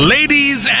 Ladies